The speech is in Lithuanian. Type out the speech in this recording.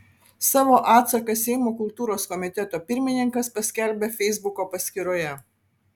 savo atsaką seimo kultūros komiteto pirmininkas paskelbė feisbuko paskyroje